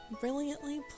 Brilliantly